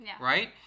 right